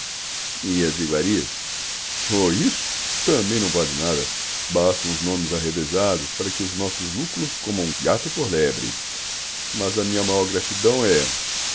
e as iguarias oh isso também não vale nada basta uns nomes arrevesados para que os nossos lúculos comam gato por lebre mas a minha maior gratidão é